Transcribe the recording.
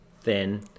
thin